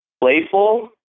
playful